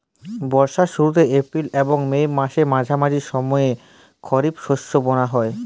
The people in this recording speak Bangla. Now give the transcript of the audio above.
বর্ষার শুরুতে এপ্রিল এবং মে মাসের মাঝামাঝি সময়ে খরিপ শস্য বোনা হয়